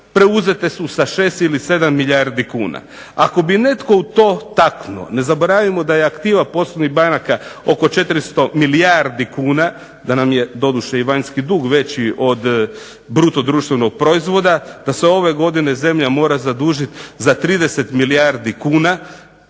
Preuzete su sa šest ili sedam milijardi kuna. Ako bi netko u to taknuo ne zaboravimo da je aktiva poslovnih banaka oko 400 milijardi kuna, da nam je doduše i vanjski dug veći od bruto društvenog proizvoda, da se ove godine zemlja mora zadužiti za 30 milijardi kuna